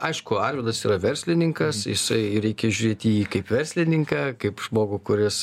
aišku arvydas yra verslininkas jisai reikia žiūrėti į jį kaip verslininką kaip žmogų kuris